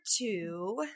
two